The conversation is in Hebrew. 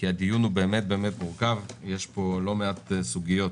כי הדיון באמת מורכב, יש פה לא מעט סוגיות